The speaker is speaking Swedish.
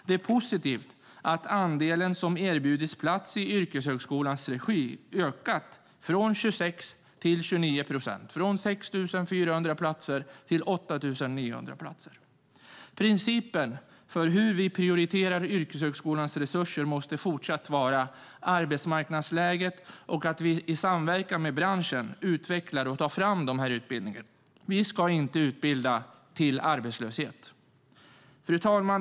Det är positivt att den andel som erbjuds plats i yrkeshögskolan har ökat från 26 procent till 29 procent - från 6 400 personer till 8 900 personer. Principen för hur vi prioriterar yrkeshögskolans resurser måste fortsatt vara arbetsmarknadsläget och att i samverkan med branschen utveckla och ta fram utbildningarna. Vi ska inte utbilda till arbetslöshet. Fru talman!